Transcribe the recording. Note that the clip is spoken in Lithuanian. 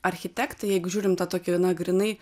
architektai jeigu žiūrim tą tokį grynai